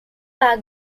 are